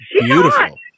beautiful